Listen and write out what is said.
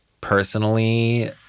personally